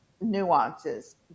nuances